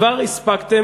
כבר הספקתם,